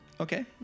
Okay